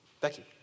Becky